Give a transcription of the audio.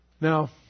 Now